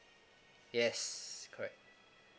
yes correct